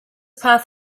path